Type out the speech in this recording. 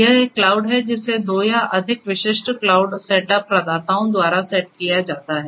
यह एक क्लाउड है जिसे दो या अधिक विशिष्ट क्लाउड सेटअप प्रदाताओं द्वारा सेट किया जाता है